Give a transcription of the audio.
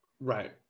Right